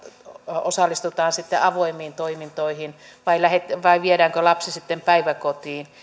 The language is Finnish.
osallistutaan sitten avoimiin toimintoihin vai viedäänkö lapsi sitten päiväkotiin